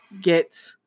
get